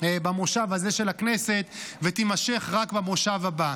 במושב הזה של הכנסת ויימשכו רק במושב הבא.